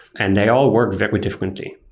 and they all work very differently.